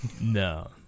no